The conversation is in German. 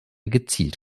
gezielt